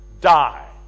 die